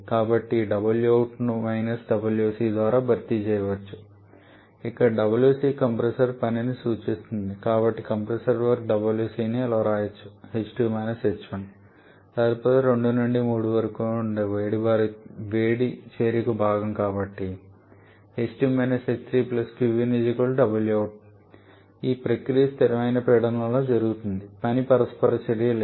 కాబట్టి ఈ wout ను wc ద్వారా భర్తీ చేయవచ్చు ఇక్కడ wc కంప్రెసర్ పనిని సూచిస్తుంది మరియు కాబట్టి కంప్రెసర్ వర్క్ wc ను ఇలా వ్రాయవచ్చు wc h2 − h1 తదుపరిది 2 నుండి 3 వరకు ఉండే వేడి చేరిక భాగం కాబట్టి ఈ భాగానికి ఈ ప్రక్రియ స్థిరమైన పీడనంలో జరుగుతోంది పని పరస్పర చర్య లేదు